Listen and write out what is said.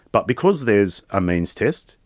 but because there is a means test,